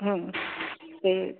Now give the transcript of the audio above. ਅਤੇ